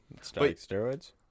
steroids